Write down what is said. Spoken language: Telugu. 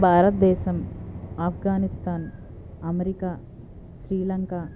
భారత దేశం ఆఫ్ఘనిస్తాన్ అమెరికా శ్రీలంక